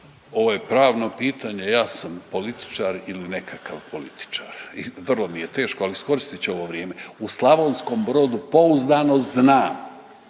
Ovo je pravno pitanje. Ja sam političar ili nekakav političar i vrlo mi je teško, ali iskoristit ću ovo vrijeme. U Slavonskom Brodu pouzdano znam